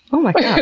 oh my god. yeah.